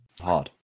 hard